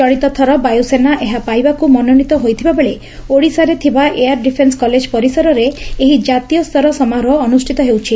ଚଳିତ ଥର ବାୟୁସେନା ଏହା ପାଇବାକୁ ମନୋନୀତ ହୋଇଥିବାବେଳେ ଓଡ଼ିଶାରେ ଥିବା ଏୟାରେ ଡିଫେନ୍ କଲେଜ ପରିସରରେ ଏହି ଜାତୀୟ ସ୍ତର ସମାରୋହ ଅନୁଷ୍ପିତ ହେଉଛି